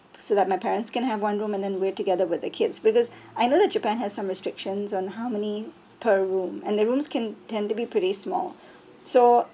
so that my parents can have one room and then we're together with the kids because I know that japan has some restrictions on how many per room and the rooms can tend to be pretty small so